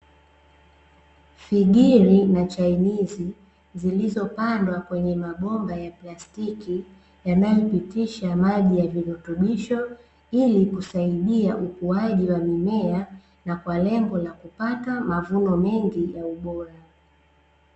figiri na chainisi zilizopandwa kwenye mabomba ya plastiki ,yanayopitisha maji ya virutubisho ili kusaidia ukuaji wa mimea na kwa lengo la kupata mavuno mengi na ubora.